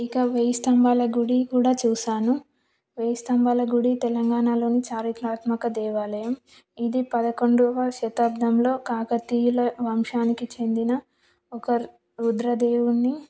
ఇక వేయి స్తంభాల గుడి కూడా చూశాను వేయి స్తంభాల గుడి తెలంగాణలోని చారిత్రాత్మక దేవాలయం ఇది పదకొండవ శతాబ్దంలో కాకతీయుల వంశానికి చెందిన ఒక రుద్రదేవుని